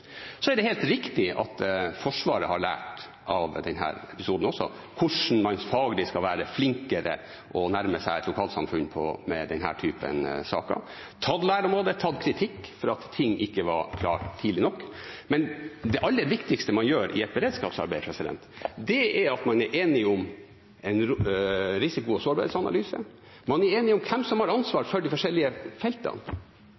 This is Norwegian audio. Så er det helt riktig at Forsvaret har lært av denne episoden hvordan man faglig skal være flinkere til å nærme seg et lokalsamfunn med denne typen saker, tatt lærdom av det og tatt kritikk for at ting ikke var klart tidlig nok. Men det aller viktigste man gjør i et beredskapsarbeid, er at man er enige om en risiko- og sårbarhetsanalyse og om hvem som har